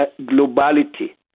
globality